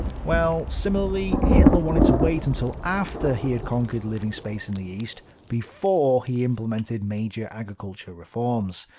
well similarly, hitler wanted to wait until after he had conquered living space in the east before he implemented major agriculture reforms.